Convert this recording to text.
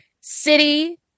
city